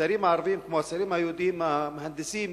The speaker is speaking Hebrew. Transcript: הצעירים הערבים, כמו הצעירים היהודים, הם מהנדסים,